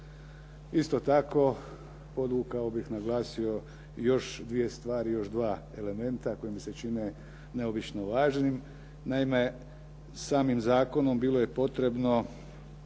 Isto tako, podvukao bih, naglasio još dvije stvari, još dva elementa koji mi se čine neobično važnim. Naime, samim zakonom bilo je potrebno